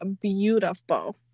beautiful